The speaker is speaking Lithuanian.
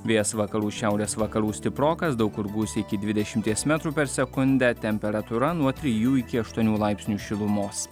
vėjas vakarų šiaurės vakarų stiprokas daug kur gūsiai iki dvidešimties metrų per sekundę temperatūra nuo trijų iki aštuonių laipsnių šilumos